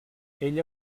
ella